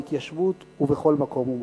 בהתיישבות ובכל מקום ומקום.